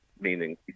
meaning